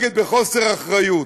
שנוהגת בחוסר אחריות.